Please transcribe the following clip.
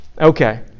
Okay